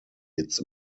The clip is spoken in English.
its